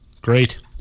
Great